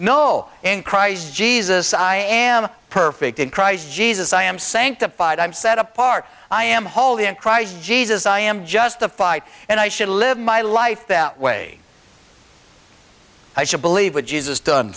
no in christ jesus i am perfect in christ jesus i am sanctified i'm set apart i am wholly in christ jesus i am justified and i should live my life that way i should believe what jesus done